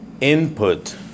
input